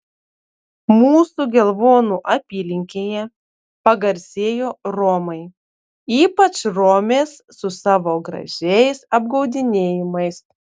mūsų gelvonų apylinkėje pagarsėjo romai ypač romės su savo gražiais apgaudinėjimais